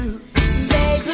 Baby